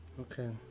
Okay